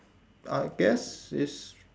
I guess it's